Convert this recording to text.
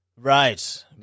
Right